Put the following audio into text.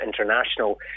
International